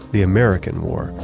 the american war,